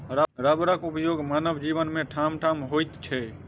रबरक उपयोग मानव जीवन मे ठामठाम होइत छै